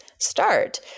start